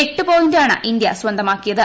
എട്ട് പോയിന്റ്റിന് ഇന്ത്യ സ്വന്തമാക്കിയത്